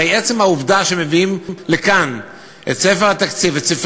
הרי עצם העובדה שמביאים לכאן את ספרי